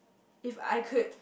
if I could